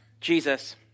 Jesus